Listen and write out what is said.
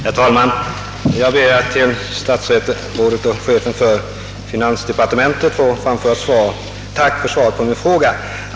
Herr talman! Jag ber att till statsrådet och chefen för finansdepartementet få framföra ett tack för svaret på min fråga.